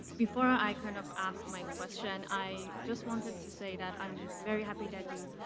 before i kind of ask my question, i just wanted to say that, i'm very happy that you